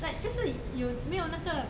like 就是有没有那个